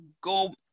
go